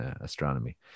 astronomy